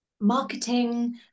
marketing